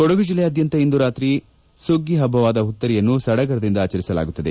ಕೊಡಗು ಜಿಲ್ಲೆಯಾದ್ಯಂತ ಇಂದು ರಾತ್ರಿ ಸುಗ್ಗಿಹಬ್ಬವಾದ ಹುತ್ತರಿಯನ್ನು ಸಡಗರದಿಂದ ಆಚರಿಸಲಾಗುತ್ತದೆ